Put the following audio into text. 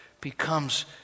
becomes